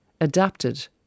adapted